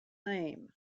name